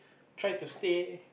try to stay